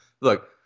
Look